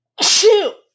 shoot